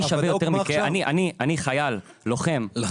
אני חייל, לוחם, שווה יותר מכסף.